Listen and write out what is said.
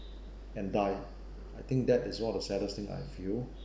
and died I think that is one of the saddest thing I've feel